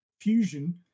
fusion